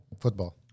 football